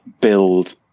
build